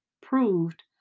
proved